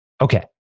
Okay